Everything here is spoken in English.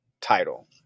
title